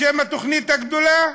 לשם התוכנית הגדולה.